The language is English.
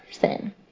person